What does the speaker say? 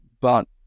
but-